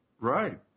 Right